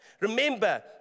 Remember